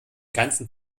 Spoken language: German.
ganzen